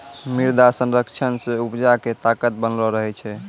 मृदा संरक्षण से उपजा के ताकत बनलो रहै छै